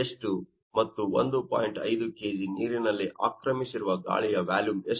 5 kg ನೀರಿನಲ್ಲಿ ಆಕ್ರಮಿಸಿರುವ ಗಾಳಿಯ ವ್ಯಾಲುಮ್ ಎಷ್ಟು